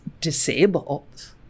disabled